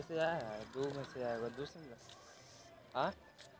हमरा खेती करे के लिए लोन केना मिलते?